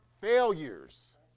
failures